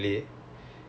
oh okay